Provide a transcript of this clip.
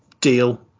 deal